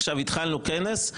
עכשיו התחלנו כנס,